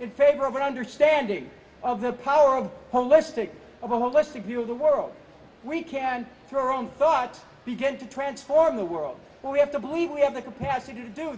in favor of an understanding of the power of holistic a holistic view of the world we can for own thoughts begin to transform the world we have to believe we have the capacity to do